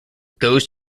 goes